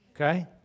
okay